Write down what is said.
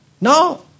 No